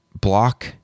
block